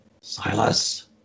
Silas